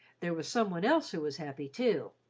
there was some one else who was happy, too,